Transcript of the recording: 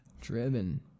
Driven